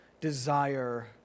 desire